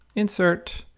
insert,